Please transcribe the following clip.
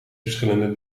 verschillende